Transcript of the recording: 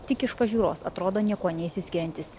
tik iš pažiūros atrodo niekuo neišsiskiriantis